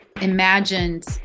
imagined